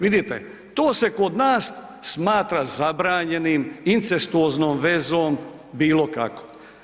Vidite, to se kod nas smatra zabranjenim, incestuoznom vezom bilo kako.